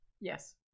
Yes